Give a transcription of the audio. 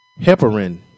heparin